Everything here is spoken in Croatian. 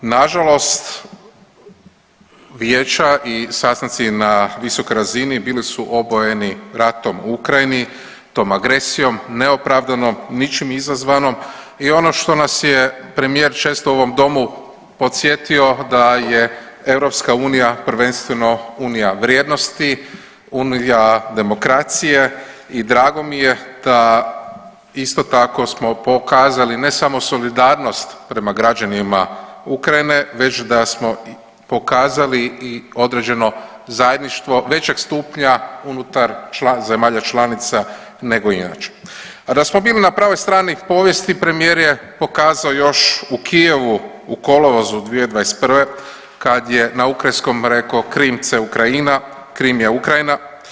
Nažalost, vijeća i sastanci na visokoj razini bili su obojeni ratom u Ukrajini, tom agresijom neopravdanom, ničim izazvanom i ono što nas je premijer često u ovom domu podsjetio da je EU prvenstveno unija vrijednosti, unija demokracije i drago mi je da isto tako smo pokazali ne samo solidarnost prema građanima Ukrajine već da smo pokazali i određeno zajedništvo većeg stupnja unutar zemalja članica nego inače, a da smo bili na pravoj strani povijesti premijer je pokazao još u Kijevu u kolovozu 2021. kad je na ukrajinskom rekao „Krim ce Ukrajina“ Krim je Ukrajina.